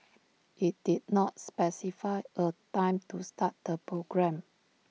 IT did not specify A time to start the programme